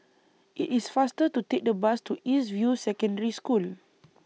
IT IS faster to Take The Bus to East View Secondary School